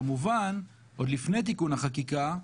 כמובן עוד לפני תיקון החקיקה,